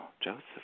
Joseph